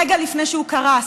רגע לפני שהוא קרס.